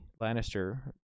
Lannister